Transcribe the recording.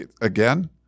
again